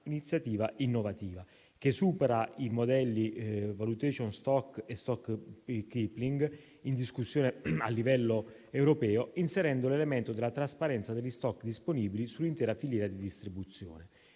iniziativa innovativa che supera i modelli di *stock valuation* e *stockpiling*, in discussione a livello europeo, inserendo l'elemento della trasparenza degli *stock* disponibili sull'intera filiera di distribuzione.